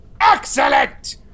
Excellent